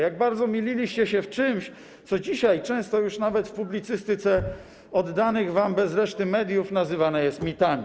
Jak bardzo myliliście się w czymś, co dzisiaj często już nawet w publicystyce oddanych wam bez reszty mediów nazywane jest mitami.